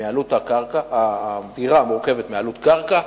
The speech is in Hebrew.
מעלות קרקע,